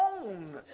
own